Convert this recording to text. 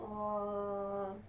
我